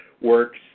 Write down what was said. works